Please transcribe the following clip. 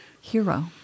hero